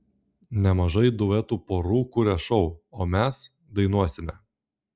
nemažai duetų porų kuria šou o mes dainuosime